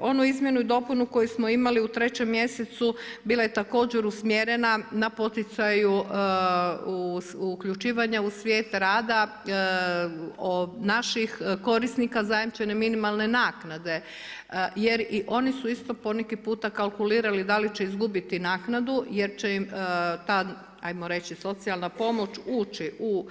Onu izmjenu i dopunu koju smo imali u trećem mjesecu bila je također usmjerena na poticaju uključivanja u svijet rada naših korisnika zajamčene minimalne naknade, jer i oni su isto poneki puta kalkulirali da li će izgubiti naknadu jer će im ta hajmo reći socijalna pomoć ući u